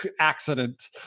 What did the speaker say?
accident